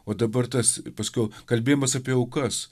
o dabar tas paskiau kalbėjimas apie aukas